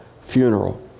funeral